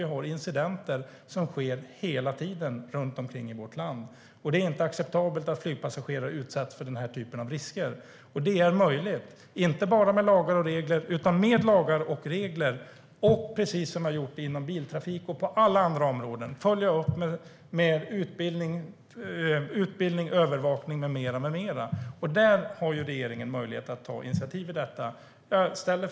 Det sker incidenter hela tiden runt omkring i vårt land. Det är inte acceptabelt att flygpassagerare utsätts för den här typen av risker. Vi ska använda lagar och regler, men inte bara lagar och regler, utan följa upp med utbildning, övervakning med mera, precis som vi har gjort inom biltrafik och på alla andra områden. Där har regeringen möjlighet att ta initiativ. Min fråga kvarstår.